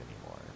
anymore